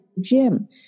gym